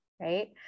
right